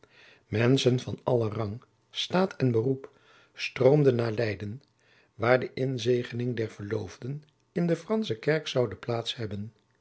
menschen van allen rang staat en beroep stroomden naar leyden waar de inzegening der verloofden in de fransche kerk zoude plaats hebben